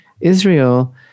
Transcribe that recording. israel